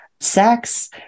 sex